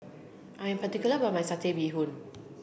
I am particular about my satay bee hoon